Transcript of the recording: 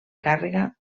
càrrega